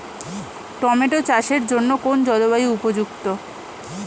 Tomato চাষের জন্য কোন জলবায়ু উপযুক্ত?